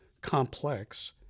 complex